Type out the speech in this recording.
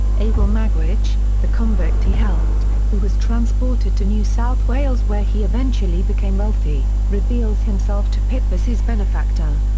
abel magwitch, the convict he helped, who was transported to new south wales where he eventually became wealthy, reveals himself to pip as his benefactor.